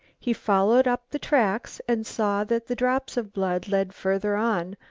he followed up the tracks and saw that the drops of blood led further on,